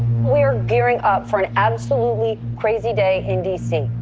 we're gearing up for an absolutely crazy day in d c.